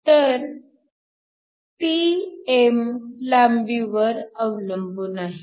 तर Trn लांबीवर अवलंबून आहे